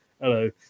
Hello